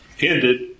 ended